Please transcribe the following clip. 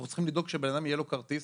אנחנו צריכים לדאוג שלבן-אדם יהיה כרטיס,